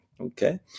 Okay